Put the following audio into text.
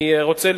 אני רוצה,